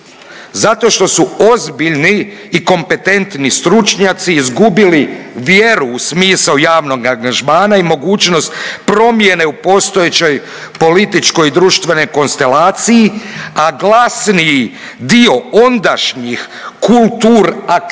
Zato što su ozbiljni i kompetentni stručnjaci izgubili vjeru u smisao javnog angažmana i mogućnost promjene u postoećoj političkoj i društvenoj konstelaciji, a glasniji dio ondašnjih kultur-aktivističkih